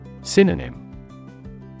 Synonym